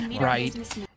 right